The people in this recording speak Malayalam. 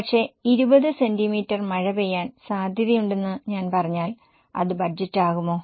പക്ഷേ 20 സെന്റീമീറ്റർ മഴ പെയ്യാൻ സാധ്യതയുണ്ടെന്ന് ഞാൻ പറഞ്ഞാൽ അത് ബജറ്റ് ആകുമോ